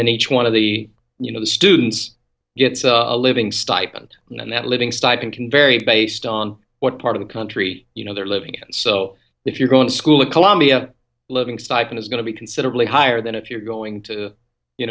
then each one of the you know the students gets a living stipend and that living stipend can vary based on what part of the country you know they're living in so if you're going to school at columbia living stipend is going to be considerably higher than if you're going to you